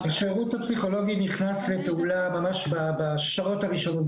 השירות הפסיכולוגי נכנס לפעולה ממש בשעות הראשונות,